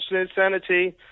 Insanity